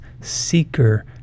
seeker